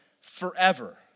forever